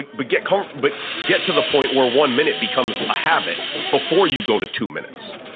but get kind of but get to the point where one minute becomes a habit before you go to two minutes.